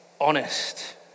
honest